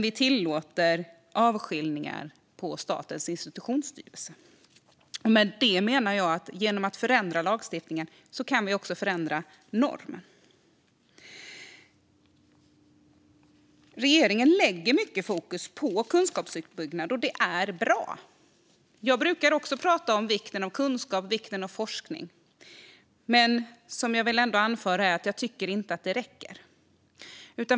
Vi tillåter dock avskiljningar på Statens institutionsstyrelse. Det jag menar är att genom att förändra lagstiftningen kan vi också förändra normer. Regeringen lägger mycket fokus på kunskapsuppbyggnad, och det är bra. Jag brukar också tala om vikten av kunskap och forskning. Men jag tycker inte att det räcker.